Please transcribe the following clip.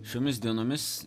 šiomis dienomis